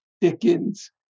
Dickens